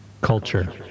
Culture